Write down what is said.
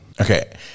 Okay